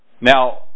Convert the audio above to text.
Now